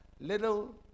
little